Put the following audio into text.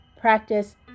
practice